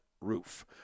roof